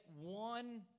one